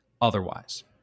otherwise